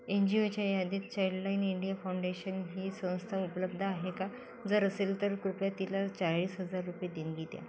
N जी ओच्या यादीत चाइल्डलाईन इंडिया फाउंडेशन ही संस्था उपलब्ध आहे का जर असेल तर कृपया तिला चाळीस हजार रुपये देणगी द्या